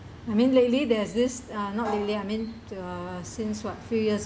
I mean lately there is this uh not really ah I mean uh since what few years